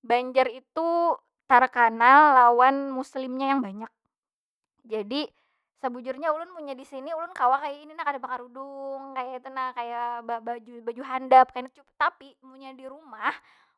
Banjar itu, tarkanal lawan muslimnya yang banyak. Jadi sabujurnya ulun munnya di sini ulun kawa kaya ini nah, kada bakarudung, kaytu nah. Kaya babaju baju handap kayni cukup. Tapi munnya di rumah,